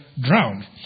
drowned